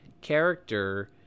character